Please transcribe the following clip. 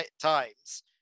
times